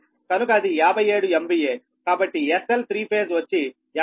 కనుక అది 57 MVAకాబట్టి SL 3Φ వచ్చి 57∟36